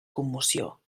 commoció